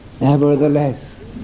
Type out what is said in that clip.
Nevertheless